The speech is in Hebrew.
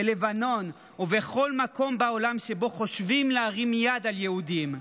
בלבנון ובכל מקום בעולם שבו חושבים להרים יד על יהודים.